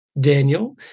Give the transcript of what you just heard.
Daniel